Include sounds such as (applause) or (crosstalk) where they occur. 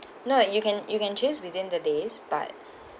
no you can you can choose within the days but (breath)